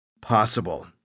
possible